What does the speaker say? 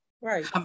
right